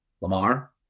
Lamar